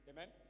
Amen